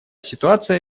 ситуация